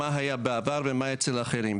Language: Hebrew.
מה היה בעבר ומה אצל אחרים.